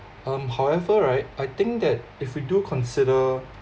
um however right I think that if we do consider